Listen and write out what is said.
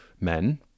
men